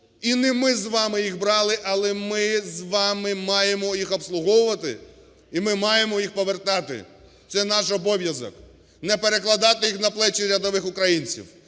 І не ми з вами їх брали, але ми з вами маємо їх обслуговувати, і ми маємо її повертати – це наш обов'язок. Не перекладати їх на плечі рядових українців,